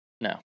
No